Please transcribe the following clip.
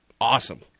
awesome